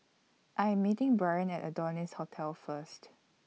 I Am meeting Brian At Adonis Hotel First